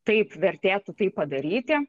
taip vertėtų tai padaryti